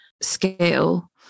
scale